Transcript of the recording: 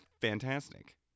fantastic